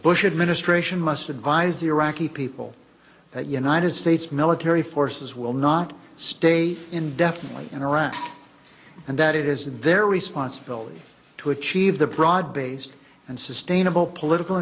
bush administration must advise the iraqi people that united states military forces will not stay indefinitely in iraq and that it is in their responsibility to achieve the broad based and sustainable political